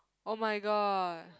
oh-my-god